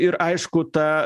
ir aišku ta